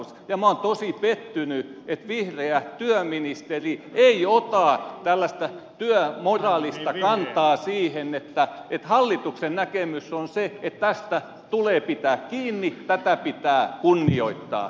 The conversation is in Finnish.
ja olen tosi pettynyt että vihreä työministeri ei ota tällaista työmoraalista kantaa siihen että hallituksen näkemys on se että tästä tulee pitää kiinni tätä pitää kunnioittaa